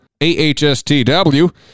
AHSTW